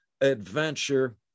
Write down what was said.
adventure